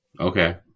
Okay